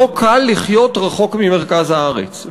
לא קל לחיות רחוק ממרכז הארץ,